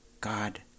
God